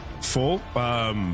Full